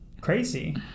crazy